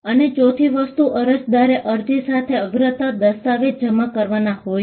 અને ચોથી વસ્તુ અરજદારે અરજી સાથે અગ્રતા દસ્તાવેજ જમા કરવાના હોય છે